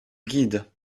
guide